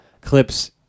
clips